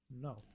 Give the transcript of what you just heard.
No